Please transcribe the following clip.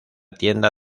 tienda